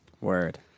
Word